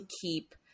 keep